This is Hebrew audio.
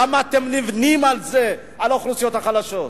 למה אתם נבנים על זה, על האוכלוסיות החלשות?